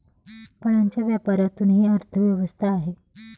फळांच्या व्यापारातूनही अर्थव्यवस्था आहे